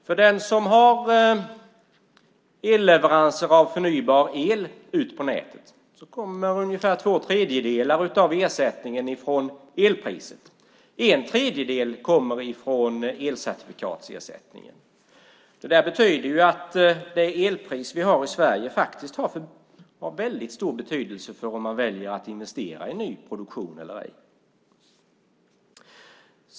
För den som har elleveranser av förnybar el ut på nätet kommer ungefär två tredjedelar av ersättningen från elpriset. En tredjedel kommer från elcertifikatsersättningen. Det betyder att det elpris vi har i Sverige har stor betydelse för om man väljer att investera i ny produktion eller ej.